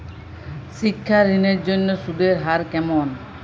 শিক্ষা ঋণ এর জন্য সুদের হার কেমন?